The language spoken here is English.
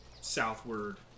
southward